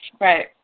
Right